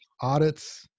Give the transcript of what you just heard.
audits